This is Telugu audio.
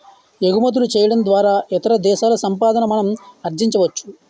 ఎగుమతులు చేయడం ద్వారా ఇతర దేశాల సంపాదన మనం ఆర్జించవచ్చు